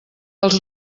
els